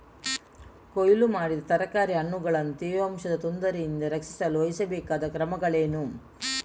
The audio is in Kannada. ಕೊಯ್ಲು ಮಾಡಿದ ತರಕಾರಿ ಹಣ್ಣುಗಳನ್ನು ತೇವಾಂಶದ ತೊಂದರೆಯಿಂದ ರಕ್ಷಿಸಲು ವಹಿಸಬೇಕಾದ ಕ್ರಮಗಳೇನು?